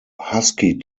husky